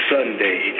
Sunday